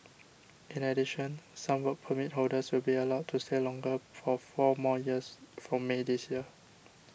in addition some Work Permit holders will be allowed to stay longer for four more years from May this year